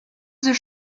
the